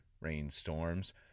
rainstorms